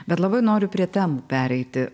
bet labai noriu prie temų pereiti